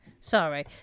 sorry